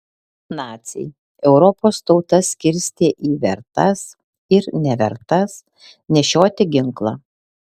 naciai europos tautas skirstė į vertas ir nevertas nešioti ginklą